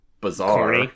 bizarre